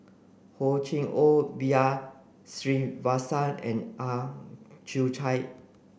Hor Chim Or B R Sreenivasan and Ang Chwee Chai